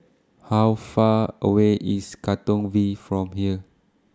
How Far away IS Katong V from here